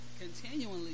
continually